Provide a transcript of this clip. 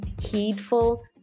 heedful